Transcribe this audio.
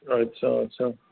अछा अछा